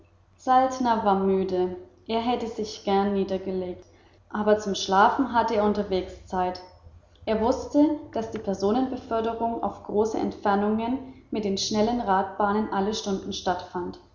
saltner war müde er hätte sich gern niedergelegt aber zum schlafen hatte er unterwegs zeit er wußte daß die personenbeförderung auf große entfernungen mit den schnellen radbahnen alle stunden stattfand